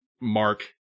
mark